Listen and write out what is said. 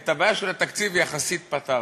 את הבעיה של התקציב יחסית פתרנו.